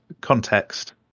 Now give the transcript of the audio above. context